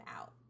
out